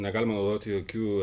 negalima naudoti jokių